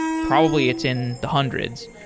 probably it's in the hundreds.